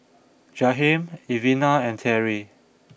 Jahiem Elvina and Terri